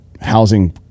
housing